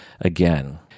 again